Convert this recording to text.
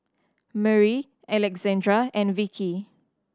Murry Alexandra and Vickie